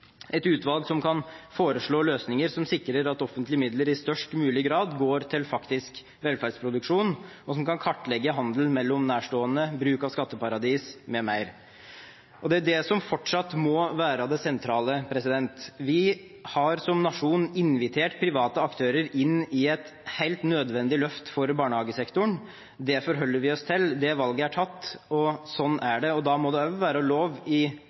et utvalg som kan foreslå løsninger som sikrer at offentlige midler i størst mulig grad går til faktisk velferdsproduksjon, og som kan kartlegge handelen mellom nærstående, bruk av skatteparadis m.m. Det er det som fortsatt må være det sentrale. Vi har som nasjon invitert private aktører inn i et helt nødvendig løft for barnehagesektoren. Det forholder vi oss til. Det valget er tatt, og sånn er det. Da må det også være lov i